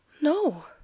No